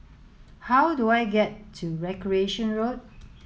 how do I get to Recreation Road